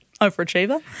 overachiever